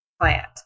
plant